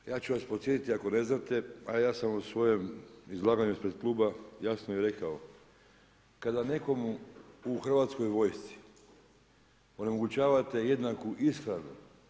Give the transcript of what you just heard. Ja ću vas podsjetiti ako ne znate, a ja sam u svojem izlaganju ispred kluba jasno i rekao kada nekomu u Hrvatskoj vojsci onemogućavate jednaku ishranu.